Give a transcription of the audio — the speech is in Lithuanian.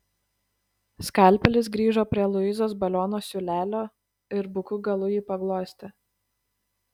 skalpelis grįžo prie luizos baliono siūlelio ir buku galu jį paglostė